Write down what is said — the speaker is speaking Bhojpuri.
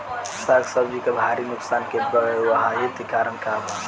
साग सब्जी के भारी नुकसान के बहुतायत कारण का बा?